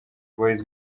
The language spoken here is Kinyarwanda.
boyz